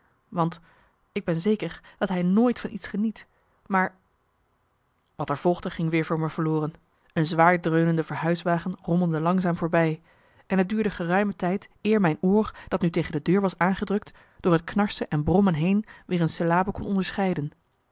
want ik ben zeker dat hij nooit van iets geniet maar wat er volgde ging weer voor me verloren een zwaar dreunende verhuiswagen rommelde langzaam marcellus emants een nagelaten bekentenis voorbij en het duurde geruime tijd eer mijn oor dat nu tegen de deur was aangedrukt door het knarsen en brommen heen weer een syllabe kon onderscheiden